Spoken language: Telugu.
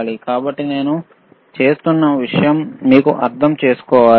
కాబట్టి నేను చేస్తున్న విషయాన్ని మీరు అర్థం చేసుకోవాలి